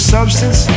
substance